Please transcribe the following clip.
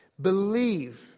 believe